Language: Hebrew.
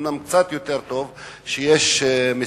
אומנם הוא קצת יותר טוב בזה שיש כמה